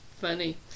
funny